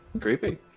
Creepy